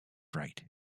fright